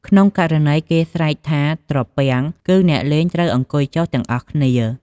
ក្នុងករណី គេស្រែកថា ត្រពាំង គឺអ្នកលេងត្រូវអង្គុយចុះទាំងអស់គ្នា។